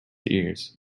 ears